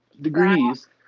Degrees